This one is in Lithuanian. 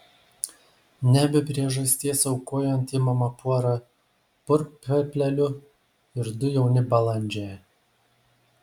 ne be priežasties aukojant imama pora purplelių ir du jauni balandžiai